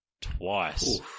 twice